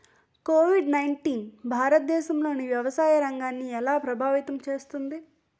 Covid nineteen భారతదేశంలోని వ్యవసాయ రంగాన్ని ఎలా ప్రభావితం చేస్తుంది?